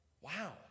Wow